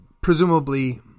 presumably